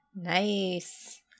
Nice